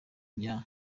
bya